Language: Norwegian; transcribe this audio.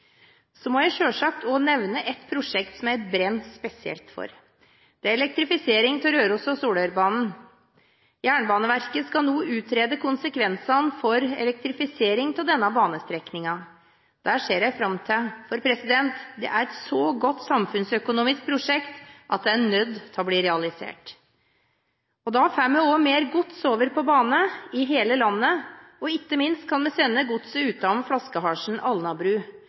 Så må jeg selvfølgelig også nevne et prosjekt som jeg brenner spesielt for. Det er elektrifisering av Røros- og Solørbanen. Jernbaneverket skal nå utrede konsekvensene for elektrifisering av denne banestrekningen. Det ser jeg fram til, for det er et så godt samfunnsøkonomisk prosjekt at det er nødt til å bli realisert. Da får vi også mer gods over på bane i hele landet, og ikke minst kan vi da sende godset utenom flaskehalsen Alnabru.